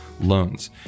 loans